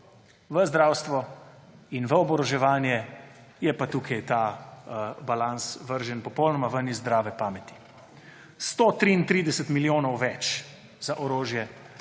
v zdravstvo in v oboroževanje, je pa tukaj ta balans vržen popolnoma ven iz zdrave pameti. 133 milijonov več za orožje